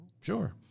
Sure